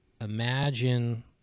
imagine